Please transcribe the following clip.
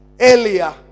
earlier